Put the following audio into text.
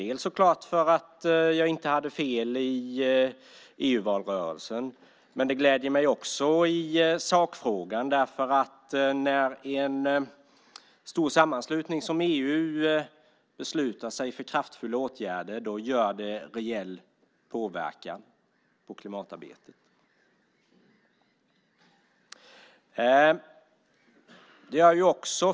Den ena är att jag inte hade fel i EU-valrörelsen. Jag gläder mig också i sakfrågan. När en stor sammanslutning som EU beslutar sig för kraftfulla åtgärder har det en rejäl påverkan på klimatarbetet.